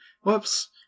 whoops